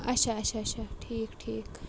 اچھا اچھا اچھا ٹھیٖک ٹھیٖک